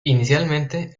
inicialmente